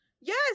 Yes